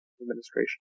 administration